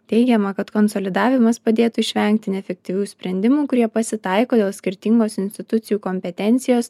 teigiama kad konsolidavimas padėtų išvengti neefektyvių sprendimų kurie pasitaiko dėl skirtingos institucijų kompetencijos